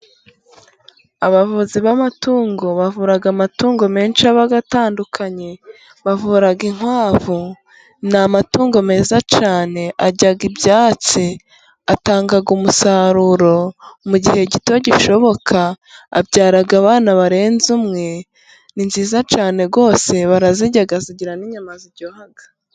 Abavuzi b'amatungo bavura amatungo menshi aba atandukanye. Bavura inkwavu. Ni amatungo meza cyane arya ibyatsi, atanga umusaruro mu gihe gito gishoboka. Abyara abana barenze umwe. Ni nziza cyane rwose. Barazirya, zigira n'inyama ziryoha.